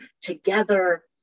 together